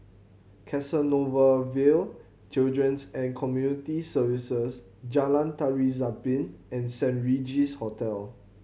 Canossaville Children's and Community Services Jalan Tari Zapin and Saint Regis Hotel